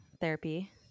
therapy